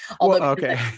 okay